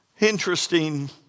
interesting